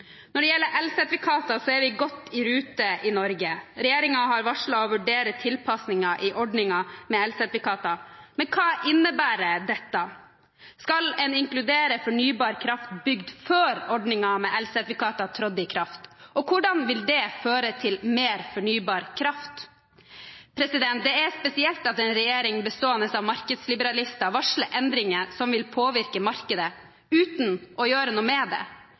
Når det gjelder elsertifikater, er vi godt i rute i Norge. Regjeringen har varslet å vurdere tilpasninger i ordningen med elsertifikater, men hva innebærer dette? Skal en inkludere fornybar kraft bygd før ordningen med elsertifikater trådte i kraft? Og hvordan vil det føre til mer fornybar kraft? Det er spesielt at en regjering bestående av markedsliberalister varsler endringer som vil påvirke markedet, uten å gjøre noe med det.